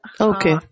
Okay